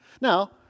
Now